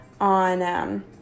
on